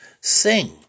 sing